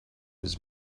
his